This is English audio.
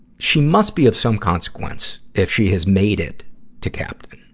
she must be of some consequence, if she has made it to captain.